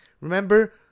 Remember